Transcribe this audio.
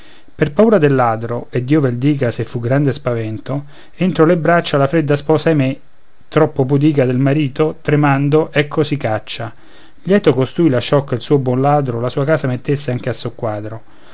se fu grande spavento entro le braccia la fredda sposa ahimè troppo pudica del marito tremando ecco si caccia lieto costui lasciò che il suo buon ladro la sua casa mettesse anche a soqquadro